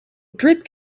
drip